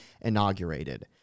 inaugurated